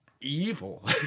evil